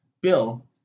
Bill